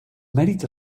mèrit